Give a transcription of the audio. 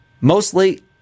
Mostly